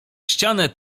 ścianę